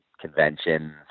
conventions